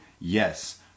Yes